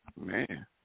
Man